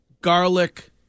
garlic